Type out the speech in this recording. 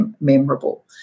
memorable